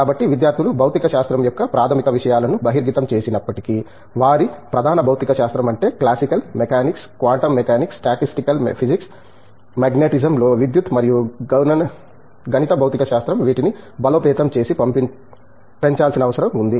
కాబట్టి విద్యార్థులు భౌతిక శాస్త్రం యొక్క ప్రాథమిక విషయాల ను బహిర్గతం చేసినప్పటికీ వారి ప్రధాన భౌతిక శాస్త్రం అంటే classical mechanics quantum mechanics statistical physics magnetism లో విద్యుత్ మరియు గణిత భౌతిక శాస్త్రం వీటిని బలోపేతం చేసి పెంచాల్సిన అవసరం ఉంది